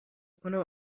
کنم